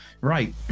right